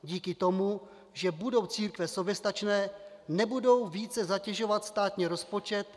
Díky tomu, že budou církve soběstačné, nebudou více zatěžovat státní rozpočet.